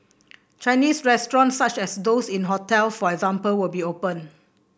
Chinese restaurants such as those in hotel for example will be open